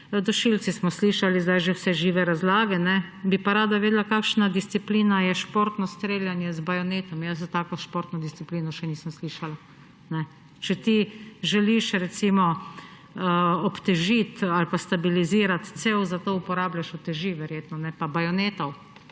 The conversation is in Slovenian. dušilcih smo slišali zdaj že vse žive razlage, bi pa rada vedela, kakšna disciplina je športno streljanje z bajonetom. Jaz za tako športno disciplino še nisem slišala. Če ti želiš recimo obtežiti ali pa stabilizirati cev, za to uporabljaš verjetno uteži, ne pa bajonetov.